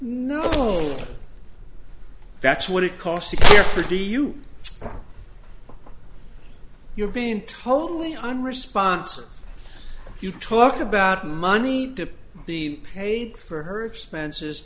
no that's what it cost to care for to you you're being totally unresponsive you talk about money to be paid for her expenses